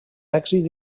èxit